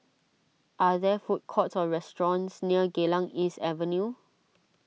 are there food courts or restaurants near Geylang East Avenue